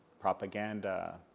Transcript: propaganda